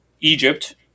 Egypt